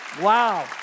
Wow